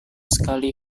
sekali